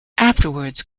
afterwards